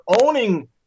owning